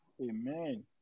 amen